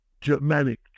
Germanic